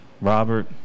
Robert